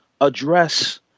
address